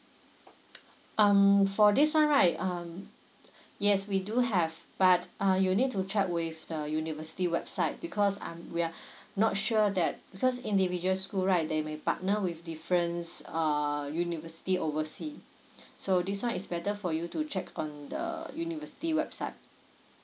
um for this one right um yes we do have but uh you need to check with the university website because um we are not sure that because individuals school right they may partner with difference err university oversea so this one is better for you to check on the uh university website